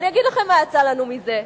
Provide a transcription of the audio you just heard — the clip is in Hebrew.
אני אגיד לכם מה יצא לנו מזה.